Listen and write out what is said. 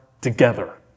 together